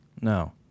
no